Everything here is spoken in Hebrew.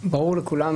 שברור לכולנו,